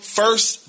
first